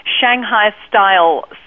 Shanghai-style